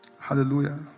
Hallelujah